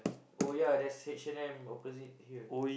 oh yep there's H-and-M opposite here